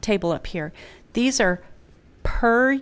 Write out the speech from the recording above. table up here these are per